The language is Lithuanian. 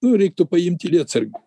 nu reiktų paimti lietsargį